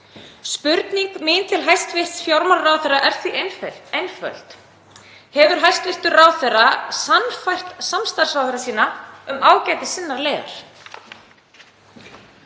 Spurning mín til hæstv. fjármálaráðherra er því einföld: Hefur hæstv. ráðherra sannfært samstarfsráðherra sína um ágæti sinnar leiðar?